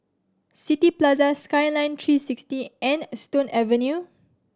City Plaza Skyline tree sixty and Stone Avenue